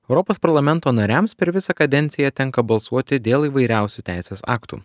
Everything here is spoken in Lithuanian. europos parlamento nariams per visą kadenciją tenka balsuoti dėl įvairiausių teisės aktų